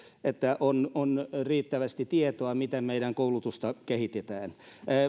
että on on riittävästi tietoa miten meidän koulutusta kehitetään